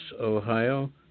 Ohio